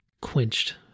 quenched